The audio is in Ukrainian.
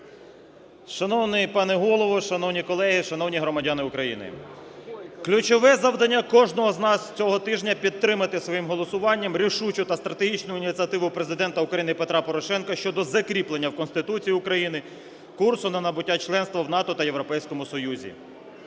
Шановний пане Голово, шановні колеги, шановні громадяни України, ключове завдання кожного з нас цього тижня - підтримати своїм голосуванням рішучу та стратегічну ініціативу Президента України Петра Порошенка щодо закріплення в Конституції України курсу на набуття членства в НАТО та в Європейському Союзі.